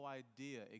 idea